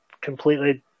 completely